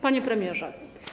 Panie Premierze!